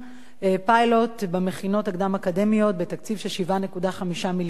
פיילוט במכינות הקדם-אקדמיות בתקציב של 7.5 מיליון שקלים,